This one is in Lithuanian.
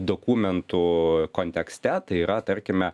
dokumentų kontekste tai yra tarkime